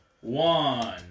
one